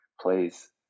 plays